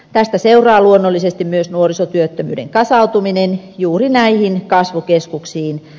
tästä seuraa luonnollisesti myös nuorisotyöttömyyden kasautuminen juuri näihin kasvukeskuksiin